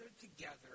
together